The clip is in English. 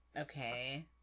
Okay